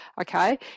okay